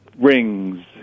rings